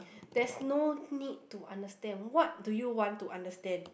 there's no need to understand what do you want to understand